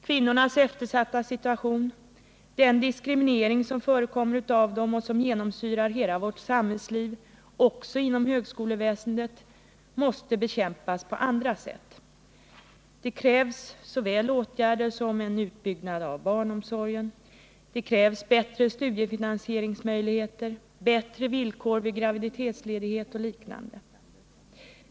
Kvinnornas eftersatta situation, den diskriminering av dem som förekommer och som genomsyrar hela vårt samhällsliv, också inom högskoleväsendet, måste bekämpas på andra sätt. Det krävs både åtgärder i form av utbyggnad av barnomsorgen och förbättrade studiefinansieringsmöjligheter och bättre villkor vid graviditetsledigheter m.m.